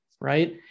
right